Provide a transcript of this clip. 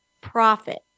profit